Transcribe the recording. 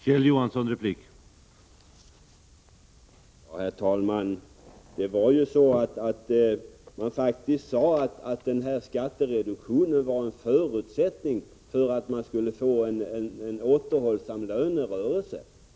Herr talman! Man sade ju faktiskt att skattereduktionen var en förutsättning för att det skulle bli en återhållsam lönerörelse.